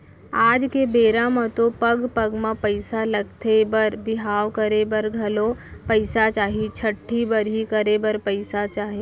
आज के बेरा म तो पग पग म पइसा लगथे बर बिहाव करे बर घलौ पइसा चाही, छठ्ठी बरही करे बर पइसा चाही